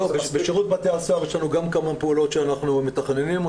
בשירות בתי הסוהר יש לנו גם כמה פעולות שאנחנו מתכננים,